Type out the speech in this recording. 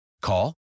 Call